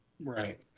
Right